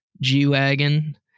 G-Wagon